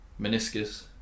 meniscus